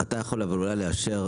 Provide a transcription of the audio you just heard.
אתה יכול אבל אולי לאשר,